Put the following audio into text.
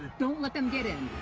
don't let them get in,